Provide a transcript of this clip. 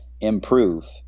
improve